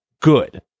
good